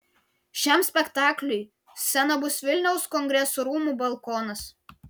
šiam spektakliui scena bus vilniaus kongresų rūmų balkonas